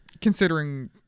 Considering